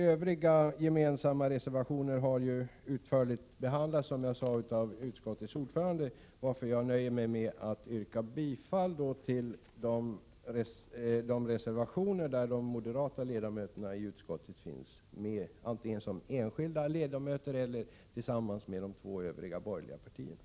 Övriga gemensamma borgerliga reservationer har, som jag sade, utförligt behandlats av utskottets ordförande, varför jag nöjer mig med att yrka bifall till de reservationer där de moderata ledamöterna i utskottet finns med, antingen som enskilda ledamöter eller tillsammans med ledamöter från de två övriga borgerliga partierna.